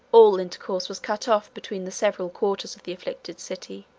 all intercourse was cut off between the several quarters of the afflicted city,